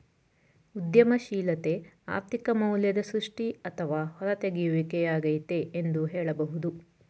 ಉದ್ಯಮಶೀಲತೆ ಆರ್ಥಿಕ ಮೌಲ್ಯದ ಸೃಷ್ಟಿ ಅಥವಾ ಹೂರತೆಗೆಯುವಿಕೆ ಯಾಗೈತೆ ಎಂದು ಹೇಳಬಹುದು